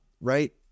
right